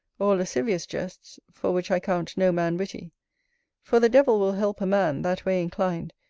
or lascivious jests, for which i count no man witty for the devil will help a man, that way inclined,